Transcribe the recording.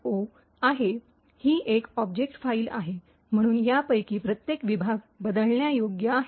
ओ आहे ही एक ऑब्जेक्ट फाईल आहे म्हणून यापैकी प्रत्येक विभाग बदलण्यायोग्य आहे